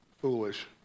foolish